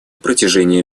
протяжении